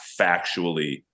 factually